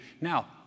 Now